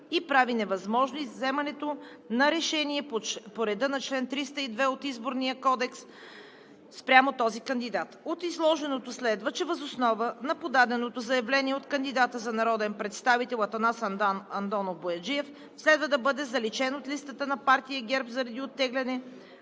и прави невъзможно вземане на решение по реда на чл. 302 от Изборния кодекс спрямо този кандидат. От изложеното следва, че въз основа на подаденото заявление от кандидата за народен представител Атанас Андонов Бояджиев следва да бъде заличен от листата на партия ГЕРБ поради оттегляне